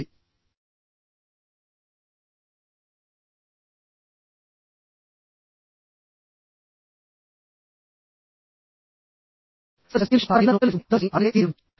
cyber స్పేస్లో communication యొక్క సాధారణ నిబంధనలను ప్రజలు నేర్చుకుంటే అర్థం చేసుకుని అనుసరిస్తే దీనిని నివారించవచ్చు